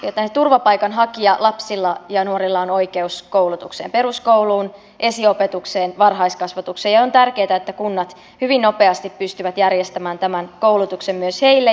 maahanmuuttaja ja turvapaikanhakijalapsilla ja nuorilla on oikeus koulutukseen peruskouluun esiopetukseen varhaiskasvatukseen ja on tärkeää että kunnat hyvin nopeasti pystyvät järjestämään tämän koulutuksen myös heille